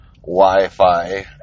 Wi-Fi